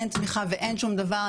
אין תמיכה ואין שום דבר.